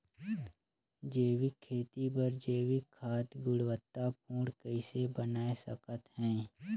जैविक खेती बर जैविक खाद गुणवत्ता पूर्ण कइसे बनाय सकत हैं?